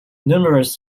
numerous